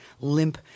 limp